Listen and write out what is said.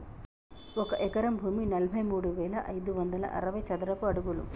ఒక ఎకరం భూమి నలభై మూడు వేల ఐదు వందల అరవై చదరపు అడుగులు